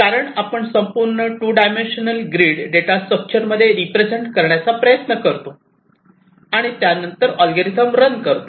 कारण आपण संपूर्ण 2 डायमेन्शनल ग्रीड डेटा स्ट्रक्चर मध्ये रिप्रेझेंट करण्याचा प्रयत्न करतो आणि त्यानंतर अल्गोरिदम रण करतो